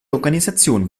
organisation